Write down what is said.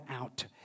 out